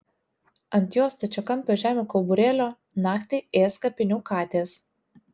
ant jos stačiakampio žemių kauburėlio naktį ės kapinių katės